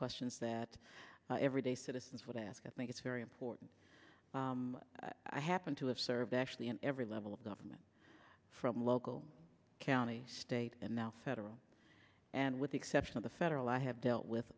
questions that everyday citizens would ask i think it's very important i happen to have served actually in every level of government from local county state and now federal and with the exception of the federal i have dealt with